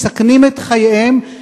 מסכנים את חייהם,